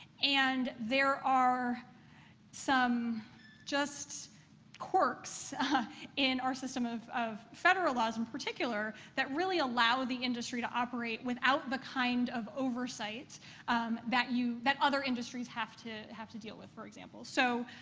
and there are some just quirks in our system of of federal laws, in particular, that really allow the industry to operate without the kind of oversight that you that other industries have to have to deal with, for example. so,